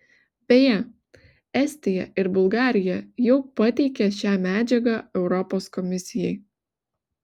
beje estija ir bulgarija jau pateikė šią medžiagą europos komisijai